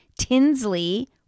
Tinsley